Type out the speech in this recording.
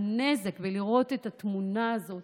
הנזק בלראות את התמונה הזאת